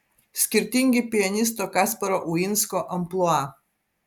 skirtingi pianisto kasparo uinsko amplua